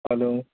hello